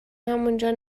همونجا